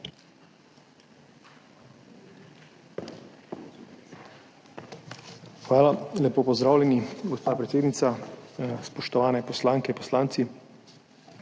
Hvala. Lepo pozdravljeni, gospa predsednica, spoštovani poslanke, poslanci!